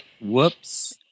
Whoops